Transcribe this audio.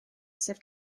sef